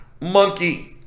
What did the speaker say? monkey